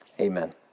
amen